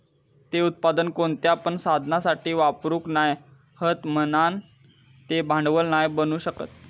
ते उत्पादन कोणत्या पण साधनासाठी वापरूक नाय हत म्हणान ते भांडवल नाय बनू शकत